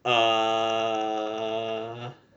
err